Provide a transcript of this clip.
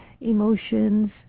emotions